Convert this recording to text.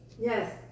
yes